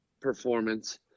performance